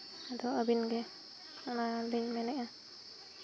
ᱟᱫᱚ ᱟᱹᱵᱤᱱ ᱜᱮ ᱚᱱᱟ ᱵᱤᱱ ᱢᱮᱱ ᱮᱜᱼᱟ